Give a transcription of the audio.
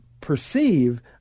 perceive